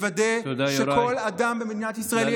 ולוודא שכל אדם במדינת ישראל,